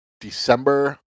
December